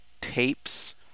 tapes